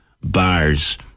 bars